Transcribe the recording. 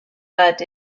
but